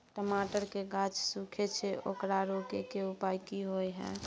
टमाटर के गाछ सूखे छै ओकरा रोके के उपाय कि होय है?